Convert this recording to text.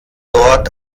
dort